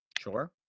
Sure